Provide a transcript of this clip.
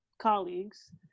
colleagues